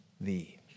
thee